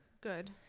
Good